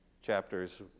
Chapters